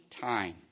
time